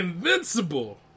Invincible